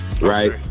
Right